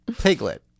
Piglet